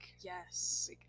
Yes